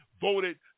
voted